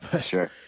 Sure